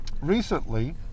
recently